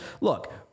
look –